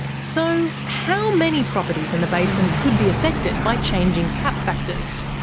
so how many properties in the basin could be affected by changing cap factors?